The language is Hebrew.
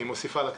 מוסיפה לכנסת.